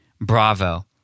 Bravo